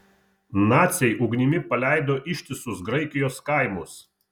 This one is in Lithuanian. naciai ugnimi paleido ištisus graikijos kaimus